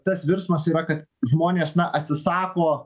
tas virsmas yra kad žmonės na atsisako